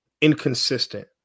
inconsistent